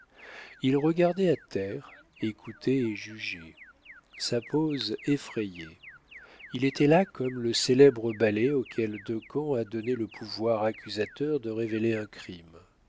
il regardait à terre écoutait et jugeait sa pose effrayait il était là comme le célèbre balai auquel decamps a donné le pouvoir accusateur de révéler un crime